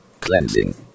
cleansing